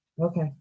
Okay